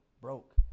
broke